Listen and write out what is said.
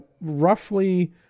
roughly